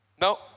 No